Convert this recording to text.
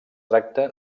tracta